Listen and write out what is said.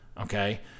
okay